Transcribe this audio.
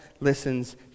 listens